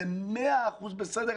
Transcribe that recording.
זה מאה אחוז בסדר,